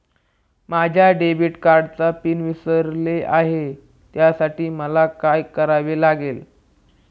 माझ्या डेबिट कार्डचा पिन विसरले आहे त्यासाठी मला काय करावे लागेल?